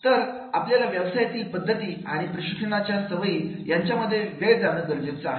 तर आपल्याला व्यवसायातील पद्धती आणि प्रशिक्षणाच्या सवयी यांच्यामध्ये वेळ जाणं गरजेचं आहे